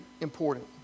important